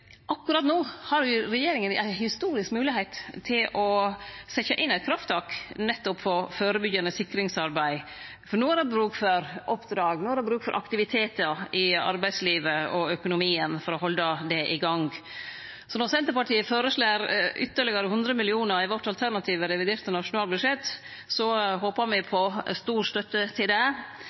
Akkurat no har regjeringa ei historisk moglegheit til å setje inn eit krafttak nettopp på førebyggjande sikringsarbeid, for no er det bruk for oppdrag, no er det bruk for aktivitetar i arbeidslivet og økonomien for å halde det i gang. Så når Senterpartiet føreslår ytterlegare 100 mill. kr i vårt alternative reviderte nasjonalbudsjett, håpar me på stor støtte til det.